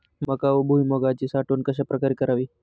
मका व भुईमूगाची साठवण कशाप्रकारे करावी?